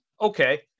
Okay